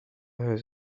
has